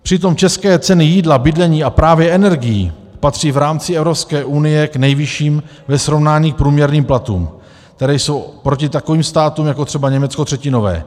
Přitom české ceny jídla, bydlení a právě energií patří v rámci EU k nejvyšším ve srovnání k průměrným platům, které jsou proti takovým státům, jako třeba Německo, třetinové.